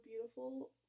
beautiful